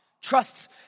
Trusts